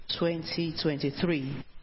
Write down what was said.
2023